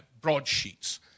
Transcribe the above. broadsheets